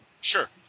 Sure